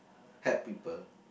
help people